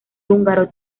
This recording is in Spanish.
húngaro